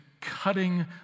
cutting